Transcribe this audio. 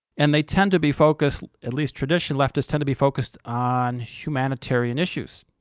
and they tend to be focused at least traditional leftists tend to be focused on humanitarian issues,